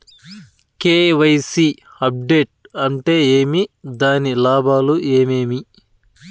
KYC update అంటే ఏమి? దాని లాభాలు ఏమేమి?